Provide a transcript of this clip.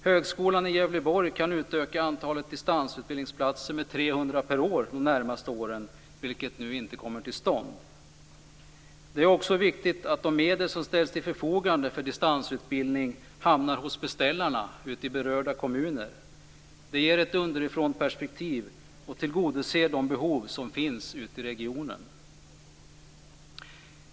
Högskolan i Gävleborg kan utöka antalet distansutbildningsplatser med 300 per år de närmaste åren, vilket nu inte kommer att ske. Det är också viktigt att de medel som ställs till förfogande för distansutbildning hamnar hos beställarna i berörda kommuner. Det ger ett underifrånperspektiv och tillgodoser de behov som finns i regionen.